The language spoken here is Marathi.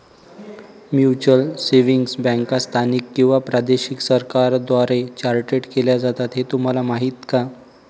म्युच्युअल सेव्हिंग्ज बँका स्थानिक किंवा प्रादेशिक सरकारांद्वारे चार्टर्ड केल्या जातात हे तुम्हाला माहीत का?